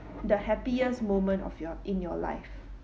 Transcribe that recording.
the happiest moment of your in your life